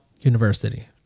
University